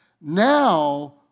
Now